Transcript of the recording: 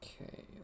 Okay